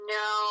no